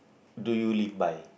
do you live by